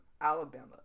alabama